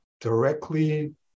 directly